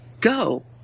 go